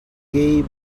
gay